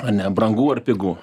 o ne brangu ar pigu